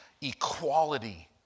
equality